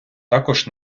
також